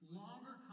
longer